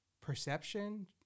perception